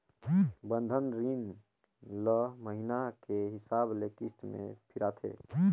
बंधन रीन ल महिना के हिसाब ले किस्त में फिराथें